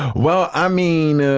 well, i mean, ah